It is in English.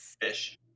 fish